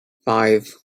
five